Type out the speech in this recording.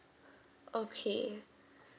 okay